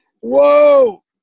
whoa